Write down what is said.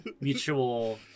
mutual